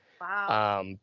Wow